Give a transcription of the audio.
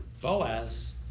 Boaz